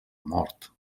mort